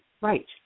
right